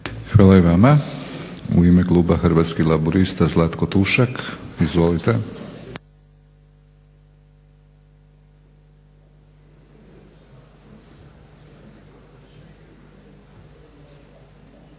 Hvala i vama. U ime kluba Hrvatskih laburista Zlatko Tušak. Izvolite. **Tušak,